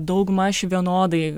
daugmaž vienodai